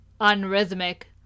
unrhythmic